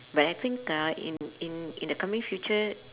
but I think uh in in in the coming future